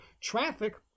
traffic